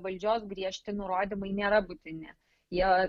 valdžios griežti nurodymai nėra būtini jie